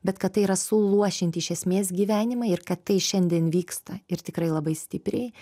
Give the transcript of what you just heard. bet kad tai yra suluošinti iš esmės gyvenimai ir kad tai šiandien vyksta ir tikrai labai stipriai